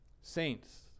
saints